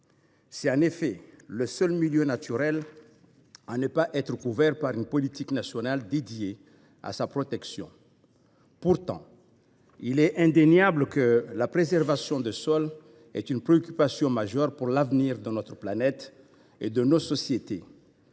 s’agit en effet du seul milieu naturel qui ne soit pas couvert par une politique nationale dédiée à sa protection. Pourtant, il est indéniable que la préservation des sols est une préoccupation majeure pour l’avenir de notre planète et de nos sociétés.